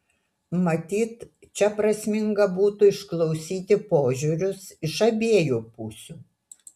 matyt čia prasminga būtų išklausyti požiūrius iš abiejų pusių